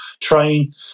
train